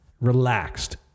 relaxed